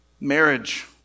Marriage